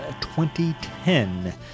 2010